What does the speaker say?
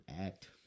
act